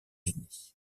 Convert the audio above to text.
unis